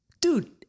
dude